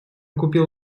купил